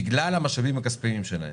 בגלל המשאבים הכספיים שלהם,